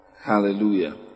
Hallelujah